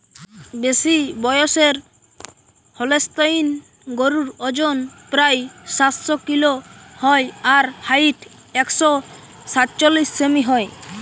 বেশিবয়সের Holstein গরুর অজন প্রায় সাতশ কিলো হয় আর হাইট একশ সাতচল্লিশ সেমি হয়